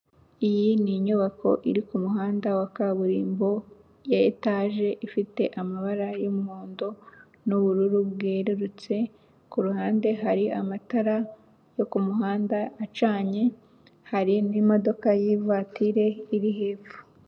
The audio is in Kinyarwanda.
Iyi ni inyubako iri ku kumuhanda wa kaburimbo ya etaje, ifite amabara y'umuhondo n'ubururu bwerurutse ku ruhande hari amatara yo ku muhanda acanye hari n'imodoka y'ivatire iri hepfo.